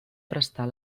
prestar